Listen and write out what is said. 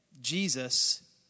Jesus